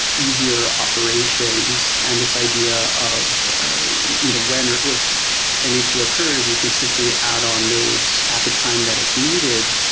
easier operations, and this idea of when or if an issue occurs, you can simply add on nodes at the time that it's needed,